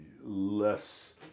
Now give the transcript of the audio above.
less